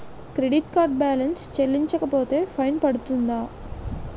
Credit card balance చెల్లించకపోతే fine పడ్తుంద?